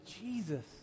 Jesus